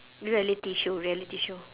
reality show reality show